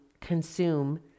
consume